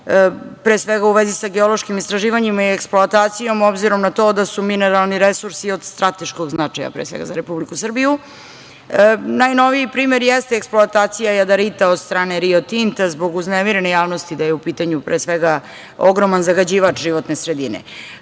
pre svega u vezi sa geološkim istraživanjima i eksploatacijom, obzirom na to da su mineralni resursi od strateškog značaja, pre svega za Republiku Srbiju. Najnoviji primer jeste eksploatacija jadarita od strane „Rio Tinta“ zbog uznemirene javnosti da je u pitanju pre svega ogroman zagađivač životne sredine.